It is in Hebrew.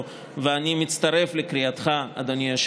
כדי לגבש תוכנית מקיפה שתיתן מענה מיידי,